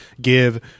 give